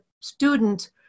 student